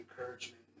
encouragement